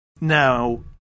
now